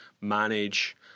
manage